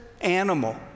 animal